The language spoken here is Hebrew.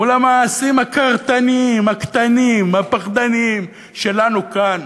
מול המעשים הקרתניים, הקטנים, הפחדניים שלנו כאן,